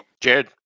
Jared